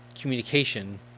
communication